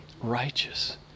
righteous